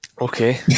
Okay